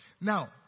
Now